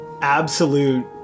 absolute